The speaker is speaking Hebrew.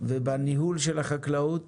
ובניהול של החקלאות